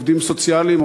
עובדים סוציאליים,